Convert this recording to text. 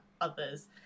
others